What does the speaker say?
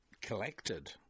collected